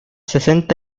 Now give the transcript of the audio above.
sesenta